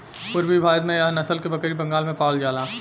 पूरबी भारत में एह नसल के बकरी बंगाल में पावल जाला